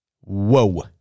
Whoa